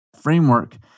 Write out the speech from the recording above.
framework